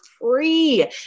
free